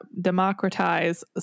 democratize